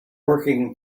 working